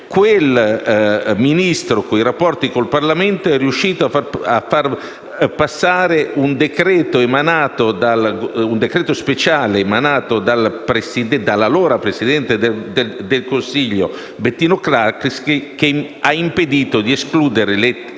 quel Ministro per i rapporti con il Parlamento sono riusciti a far passare un decreto speciale emanato dall'allora presidente del Consiglio Bettino Craxi, che ha impedito di escludere tali